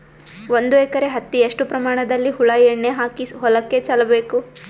ಒಂದು ಎಕರೆ ಹತ್ತಿ ಎಷ್ಟು ಪ್ರಮಾಣದಲ್ಲಿ ಹುಳ ಎಣ್ಣೆ ಹಾಕಿ ಹೊಲಕ್ಕೆ ಚಲಬೇಕು?